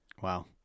Wow